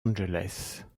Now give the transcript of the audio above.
angeles